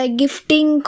gifting